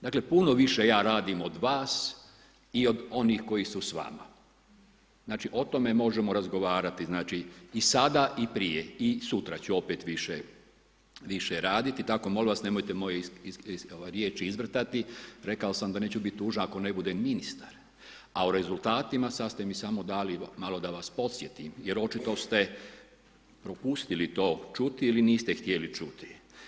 Dakle, puno više ja radim od vas i od onih koji su s vama, znači o tome možemo razgovarati, znači i sada i prije i sutra ću opet više raditi, tako molim vas nemojte moje riječi izvrtati rekao sam da neću biti tužan ako ne budem ministar, a o rezultatima sad ste mi samo dali malo vas podsjetim jer očito ste propustili to čuti ili niste htjeli čuti.